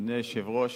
אדוני היושב-ראש,